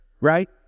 Right